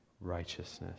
righteousness